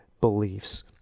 beliefs